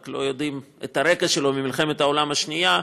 רק לא יודעים את הרקע שלו ממלחמת העולם השנייה,